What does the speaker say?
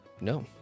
no